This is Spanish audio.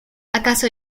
acaso